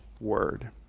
word